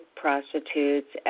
prostitutes